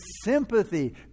sympathy